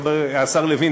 השר לוין,